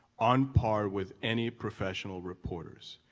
on par with any professional reporters.